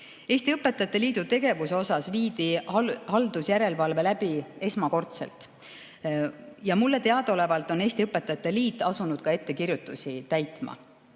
Eesti Õpetajate Liidu tegevuse osas viidi haldusjärelevalve läbi esmakordselt. Mulle teadaolevalt on Eesti Õpetajate Liit asunud ka ettekirjutusi täitma.